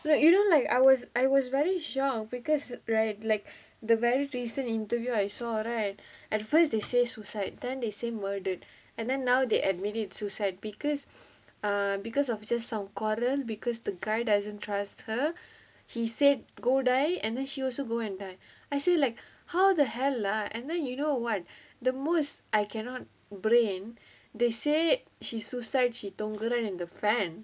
right you know like I was I was very shocked because right like the very recent interview I saw right at first they say suicide then they say murder and then now they admitted suicide because uh because of just some quarrel because the guy doesn't trust her he say go die and then she also go and die I say like how the hell lah and then you know what the most I cannot brain they say she suicide she தொங்குறான்:thonguraan in the fan